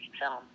film